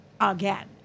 again